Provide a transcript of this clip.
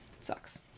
sucks